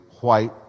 white